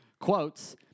Quotes